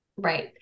Right